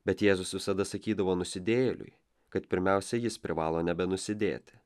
bet jėzus visada sakydavo nusidėjėliui kad pirmiausia jis privalo nebenusidėti